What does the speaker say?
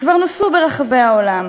שכבר נוסו ברחבי העולם,